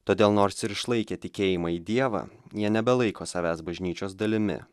todėl nors ir išlaikė tikėjimą dievą jie nebelaiko savęs bažnyčios dalimi